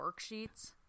worksheets